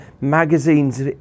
magazines